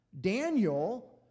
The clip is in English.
Daniel